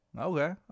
Okay